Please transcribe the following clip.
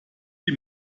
die